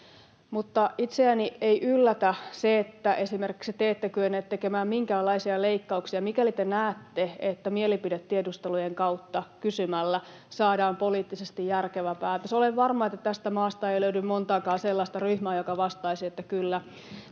Mutta itseäni ei yllätä se, että esimerkiksi te ette kyenneet tekemään minkäänlaisia leikkauksia, mikäli te näette, että mielipidetiedusteluiden kautta kysymällä saadaan poliittisesti järkevä päätös. Olen varma, että tästä maasta ei löydy montaakaan sellaista ryhmää, joka vastaisi, että ”kyllä,